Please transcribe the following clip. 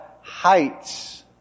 heights